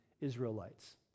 Israelites